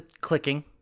clicking